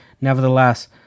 nevertheless